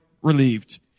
relieved